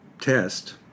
test